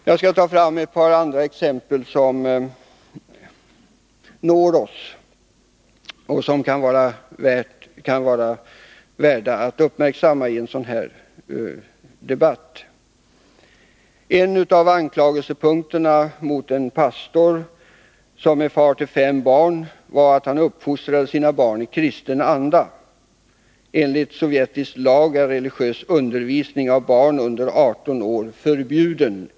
Jag skall ta ett par andra exempel som nått oss, och som kan vara värda att uppmärksamma i en sådan här debatt. En av anklagelsepunkterna mot en pastor som är far till fem barn var att han uppfostrade sina barn i kristen anda. Enligt sovjetisk lag, artikel 22, är religiös undervisning av barn under 18 år förbjuden.